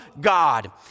god